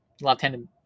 left-handed